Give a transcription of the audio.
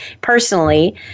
personally